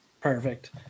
Perfect